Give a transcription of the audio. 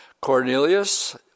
Cornelius